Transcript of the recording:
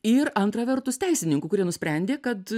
ir antra vertus teisininkų kurie nusprendė kad